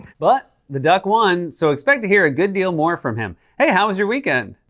but the duck won, so expect to hear a good deal more from him. hey, how was your weekend?